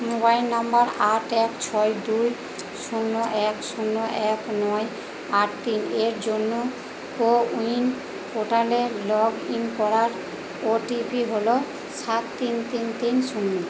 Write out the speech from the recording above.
mobile number আট এক ছয় দুই শূন্য এক শূন্য এক নয় আট তিন এর জন্য কোউইন পোর্টালে লগ ইন করার ওটিপি হল সাত তিন তিন তিন শূন্য